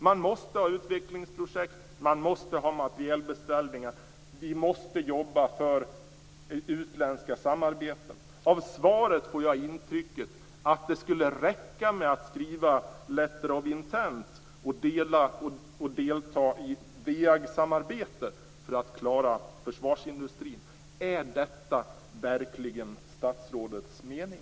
Man måste ha utvecklingsprojekt, man måste ha materielbeställningar och vi måste jobba för utländska samarbeten. Av svaret får jag intrycket att det skulle räcka med att skriva Letter of Intent och att delta i WEAG-samarbetet för att klara försvarsindustrin. Är detta verkligen statsrådets mening?